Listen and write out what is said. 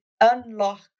unlock